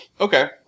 Okay